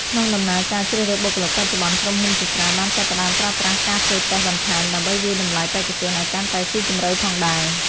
ក្នុងដំណើរការជ្រើសរើសបុគ្គលិកបច្ចុប្បន្ន ក្រុមហ៊ុនជាច្រើនបានចាប់ផ្ដើមប្រើប្រាស់ការធ្វើតេស្តបន្ថែម ដើម្បីវាយតម្លៃបេក្ខជនឲ្យកាន់តែស៊ីជម្រៅផងដែរ។